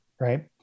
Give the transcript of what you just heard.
right